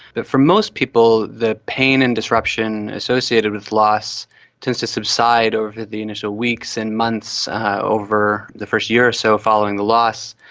but most people the pain and disruption associated with loss tends to subside over the initial weeks and months over the first year or so following the loss.